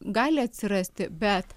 gali atsirasti bet